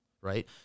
right